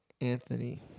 Anthony